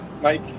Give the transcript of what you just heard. Mike